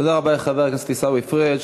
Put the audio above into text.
תודה רבה לחבר הכנסת עיסאווי פריג'.